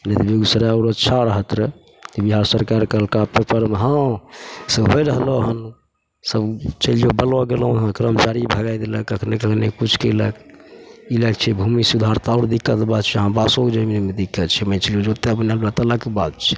नहि तऽ बेगूसराय आओर अच्छा रहैत रहै ई बिहार सरकार कहलकऽ पेपरमे हँ सब होइ रहलै हँ सब चलि जो ब्लॉक वहाँ करमचारी भगै देलक कखने कखने किछु कएलक ई लैके छै भूमि सुधार तऽ आओर दिक्कत बात छै यहाँ बासोके जमीनमे दिक्कत छै के बात छै